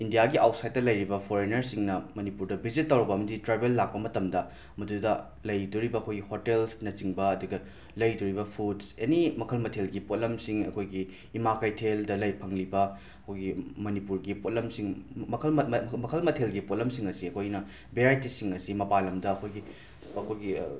ꯏꯟꯗꯤꯌꯥꯒꯤ ꯑꯥꯎꯠꯁꯥꯏꯠꯇ ꯂꯩꯔꯤꯕ ꯐꯣꯔꯦꯅꯔꯁꯤꯡꯅ ꯃꯅꯤꯄꯨꯔꯗ ꯕꯤꯖꯤꯠ ꯇꯧꯕ ꯑꯃꯗꯤ ꯇ꯭ꯔꯥꯕꯦꯜ ꯂꯥꯛꯄ ꯃꯇꯝꯗꯥ ꯃꯗꯨꯗ ꯂꯩꯗꯣꯔꯤꯕ ꯑꯣꯈꯣꯏꯒꯤ ꯍꯣꯇꯦꯜꯁꯅꯆꯤꯡꯕ ꯑꯗꯨꯒ ꯂꯩꯗꯣꯔꯤꯕ ꯐꯨꯗꯁ ꯑꯦꯅꯤ ꯃꯈꯜ ꯃꯊꯦꯜꯒꯤ ꯄꯣꯠꯂꯝꯁꯤꯡ ꯑꯣꯈꯣꯏꯒꯤ ꯏꯃꯥ ꯀꯩꯊꯦꯜꯗ ꯂꯩ ꯐꯪꯉꯤꯕ ꯑꯣꯈꯣꯏꯒꯤ ꯃꯅꯤꯄꯨꯔꯒꯤ ꯄꯣꯠꯂꯝꯁꯤꯡ ꯃꯈꯜ ꯃꯈꯜ ꯃꯊꯦꯜꯒꯤ ꯄꯣꯠꯂꯝꯁꯤꯡ ꯑꯁꯦ ꯑꯩꯈꯣꯏꯅ ꯕꯦꯔꯥꯏꯇꯤꯁꯤꯡ ꯑꯁꯤ ꯃꯄꯥꯟꯂꯝꯗ ꯑꯈꯣꯏꯒꯤ ꯑꯩꯈꯣꯏꯒꯤ